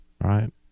Right